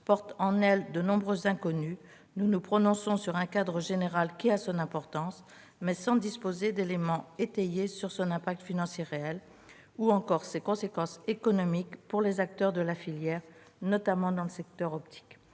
porte en elle de nombreuses inconnues. Nous nous prononçons sur un cadre général, qui a son importance, mais sans disposer d'éléments étayés sur son impact financier réel ou encore sur ses conséquences économiques pour les acteurs de la filière, notamment dans le secteur optique.